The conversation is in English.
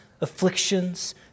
afflictions